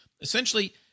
Essentially